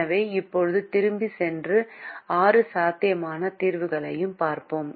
எனவே இப்போது திரும்பிச் சென்று ஆறு சாத்தியமான தீர்வுகளையும் பார்ப்போம்